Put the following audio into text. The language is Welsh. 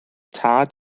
tad